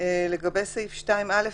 לגבי סעיף 2א,